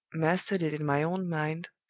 mastered it in my own mind,